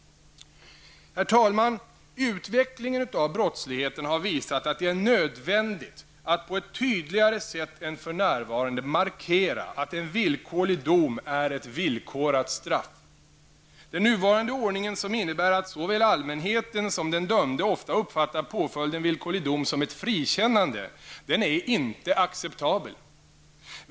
Herr talman! Utvecklingen av brottsligheten har visat att det är nödvändigt att på ett tydligare sätt än för närvarande markera att en villkorlig dom är ett villkorat straff. Den nuvarande ordningen, som innebär att såväl allmänheten som den dömde ofta uppfattar påföljden villkorlig dom som ett frikännande, är inte acceptabel.